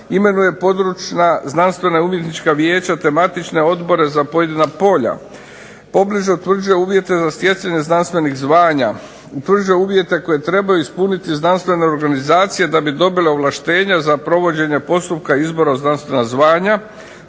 Imenuje područna znanstvena, umjetnička vijeća, te matične odbore za pojedina polja. Pobliže utvrđuje uvjete za stjecanje znanstvenih zvanja, utvrđuje uvjete koji trebaju ispuniti znanstvene organizacije da bi dobila ovlaštenja za provođenje postupka izbora u znanstvena zvanja,